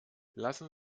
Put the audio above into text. lassen